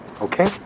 okay